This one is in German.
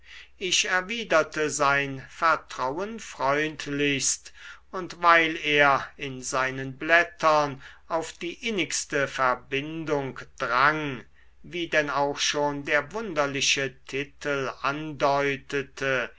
ich erwiderte sein vertrauen freundlichst und weil er in seinen blättern auf die innigste verbindung drang wie denn auch schon der wunderliche titel andeutete